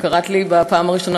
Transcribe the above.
כשקראת לי בפעם הראשונה,